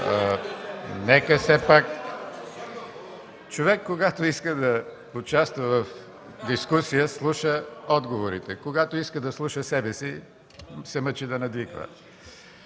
(Смях в ГЕРБ.) Човек, когато иска да участва в дискусия, слуша отговорите, а когато иска да слуша себе си, се мъчи да надвиква.